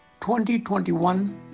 2021